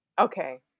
Okay